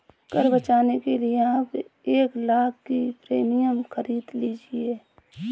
कर बचाने के लिए आप एक लाख़ का प्रीमियम खरीद लीजिए